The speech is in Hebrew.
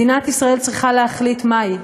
מדינת ישראל צריכה להחליט מה היא,